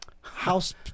house